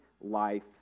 life